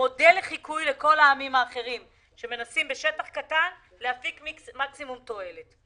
מודל לחיקוי לכל העמים האחרים שמנסים בשטח קטן להפיק מקסימום תועלת.